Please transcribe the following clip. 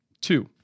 two